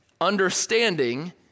understanding